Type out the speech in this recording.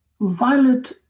violet